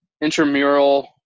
intramural